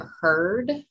heard